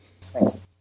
Thanks